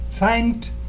find